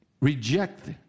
reject